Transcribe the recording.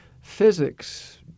physics